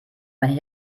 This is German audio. mein